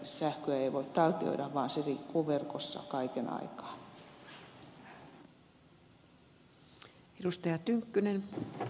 sähköä ei voi taltioida vaan se liikkuu verkossa kaiken aikaa